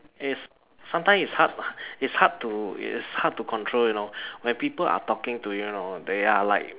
it's sometimes it's hard it's hard to it's hard to control you know when people are talking to you you know they are like